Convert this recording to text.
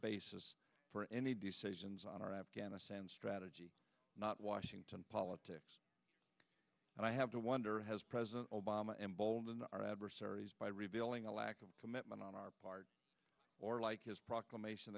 basis for any decisions on our afghanistan strategy not washington politics and i have to wonder has president obama emboldened our adversaries by revealing a lack of commitment on our part or like his proclamation